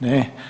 Ne.